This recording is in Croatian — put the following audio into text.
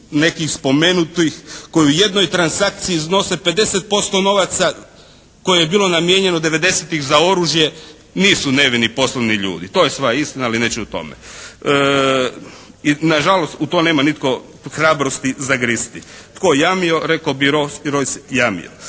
nekih spomenutih koji u jednoj transakciji iznose 50% novaca koje je bilo '90.-ih za oružje nisu nevini poslovni ljudi. To je sva istina ali neću o tome. I nažalost u tome nema nitko hrabrosti zagristi. Tko je jami, rekao bih Rojs, jamio.